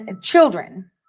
children